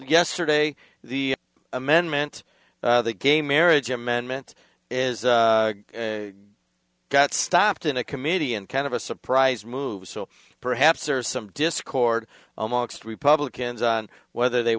yesterday the amendment the gay marriage amendment is got stopped in a committee and kind of a surprise move so perhaps or some discord almost republicans on whether they